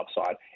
upside